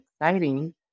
exciting